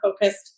focused